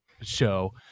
show